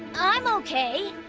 i'm okay.